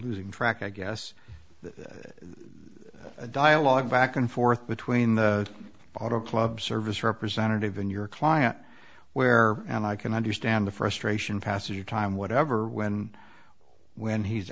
losing track i guess that a dialogue back and forth between the auto club service representative in your client where and i can understand the frustration passage of time whatever when when he's